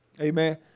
amen